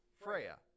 Freya